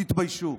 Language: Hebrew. תתביישו.